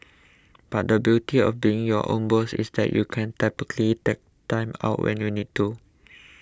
but the beauty of being your own boss is that you can typically take Time Out when you need to